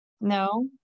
No